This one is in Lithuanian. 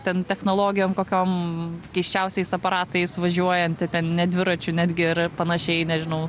ten technologijom kokiom keisčiausiais aparatais važiuojantį ten ne dviračiu netgi ir panašiai nežinau